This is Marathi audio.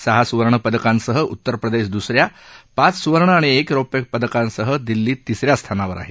सहा सुवर्ण पदकांसह उतर प्रदेश द्सरद्या पाच सुवर्ण आणि एक रौप्य पदकांसह दिल्ली तिसऱ्या स्थानावर आहे